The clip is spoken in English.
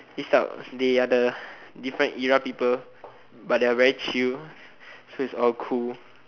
this type of they are the different era people but they are very chill so it's all cool